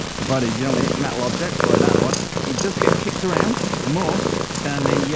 provided you don't hit metal objects like that one it does get kicked around more than the yeah